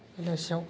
बेलासियाव